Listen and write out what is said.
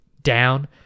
down